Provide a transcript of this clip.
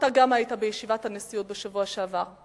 אתה גם היית בישיבת הנשיאות בשבוע שעבר,